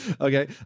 Okay